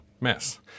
mess